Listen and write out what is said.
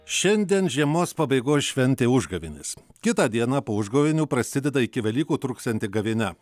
šiandien žiemos pabaigos šventė užgavėnės kitą dieną po užgavėnių prasideda iki velykų truksianti gavėnia